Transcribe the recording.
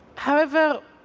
however,